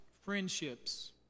friendships